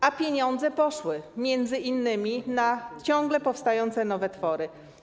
A pieniądze poszły m.in. na ciągle powstające nowe twory.